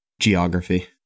geography